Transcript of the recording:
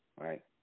Right